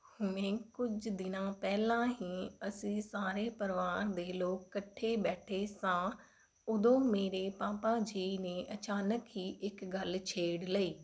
ਮੈਂ ਕੁਝ ਦਿਨਾਂ ਪਹਿਲਾਂ ਹੀ ਅਸੀਂ ਸਾਰੇ ਪਰਿਵਾਰ ਦੇ ਲੋਕ ਇਕੱਠੇ ਬੈਠੇ ਸਾਂ ਉਦੋਂ ਮੇਰੇ ਪਾਪਾ ਜੀ ਨੇ ਅਚਾਨਕ ਹੀ ਇੱਕ ਗੱਲ ਛੇੜ ਲਈ